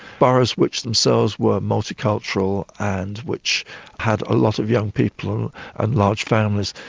boroughs which themselves were multicultural and which had a lot of young people and large families.